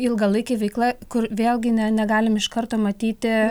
ilgalaikė veikla kur vėlgi ne negalim iš karto matyti